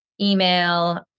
email